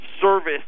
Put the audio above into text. service